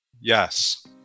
Yes